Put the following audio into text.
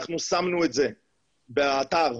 שמנו את זה באתר,